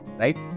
right